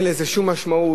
אין לזה שום משמעות.